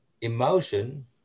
emotion